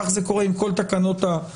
כך זה קורה עם כל תקנות הקורונה.